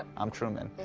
i'm truman.